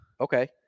Okay